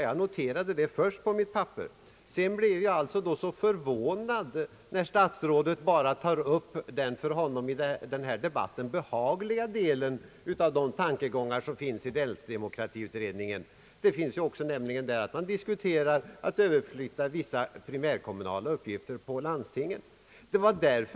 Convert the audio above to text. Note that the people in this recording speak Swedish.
Jag noterade detta först på mitt papper. Jag blev sedan förvånad när statsrådet i sitt anförande tog upp den för honom i denna debatt behagliga delen av de tankegångar som finns i länsdemokratiutredningens förslag. Där diskuteras frågan om att överflytta vissa primärkommunala uppgifter på landstingen.